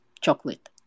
chocolate